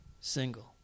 single